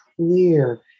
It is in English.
clear